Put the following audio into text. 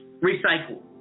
recycle